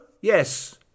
Yes